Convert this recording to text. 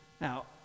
Now